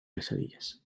pesadillas